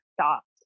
stopped